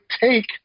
take